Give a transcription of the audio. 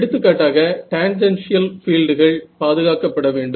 எடுத்துக்காட்டாக டேன்ஜென்ஷியல் பீல்டுகள் பாதுகாக்கப்பட வேண்டும்